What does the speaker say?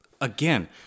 again